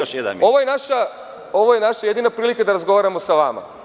Ovo je naša jedina prilika da razgovaramo sa vama.